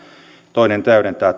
toinen täydentää